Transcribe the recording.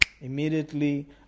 immediately